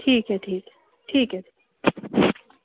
ठीक ऐ ठीक ऐ जी